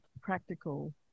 practical